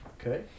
okay